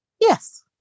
Yes